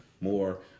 more